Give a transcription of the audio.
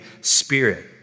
Spirit